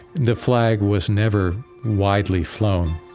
the flag was never widely flown